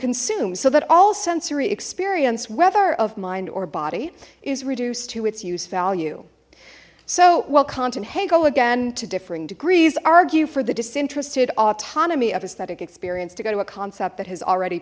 consume so that all sensory experience whether of mind or body is reduced to its use value so well kant and hegel again to differing degrees argue for the disinterested autonomy of aesthetic experience to go to a concept that has already